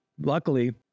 luckily